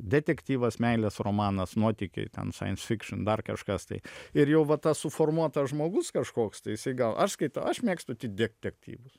detektyvas meilės romanas nuotykiai ten sains fikšin dar kažkas tai ir jau va tas suformuotas žmogus kažkoks tai jisai gal aš skaitau aš mėgstu tik detektyvus